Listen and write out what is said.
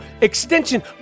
extension